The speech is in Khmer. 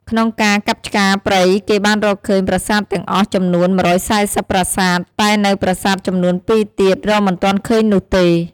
ក្នុងការកាប់ឆ្ការព្រៃគេបានរកឃើញ ប្រាសាទទាំងអស់ចំនួន ១៤០ប្រាសាទ តែនៅប្រាសាទចំនួនពីរទៀត រកមិនទាន់ឃើញនោះទេ។